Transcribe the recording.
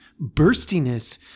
Burstiness